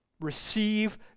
receive